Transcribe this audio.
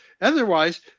Otherwise